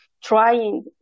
trying